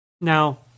Now